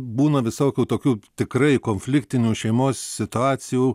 būna visokių tokių tikrai konfliktinių šeimos situacijų